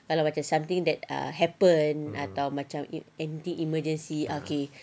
kalau macam something that ah happen atau macam anything emergency okay